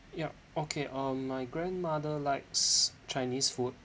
yup okay um my grandmother likes chinese food